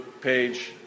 page